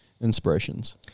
inspirations